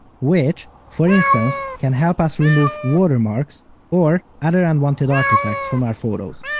which, for instance, can help us remove watermarks or other unwanted artifacts from our photos.